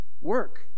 Work